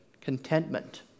Contentment